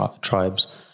tribes